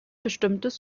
bestimmtes